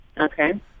Okay